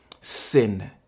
sin